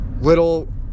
Little